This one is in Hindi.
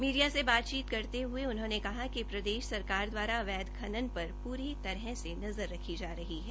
मीडिया से बातचीत करते हुए उन्होंने कहा कि प्रदेश सरकार द्वारा अवैध खनन पर पूरी तरह नजर रखी जा रही है